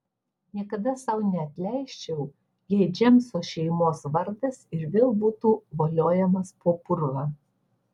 niekada sau neatleisčiau jei džeimso šeimos vardas ir vėl būtų voliojamas po purvą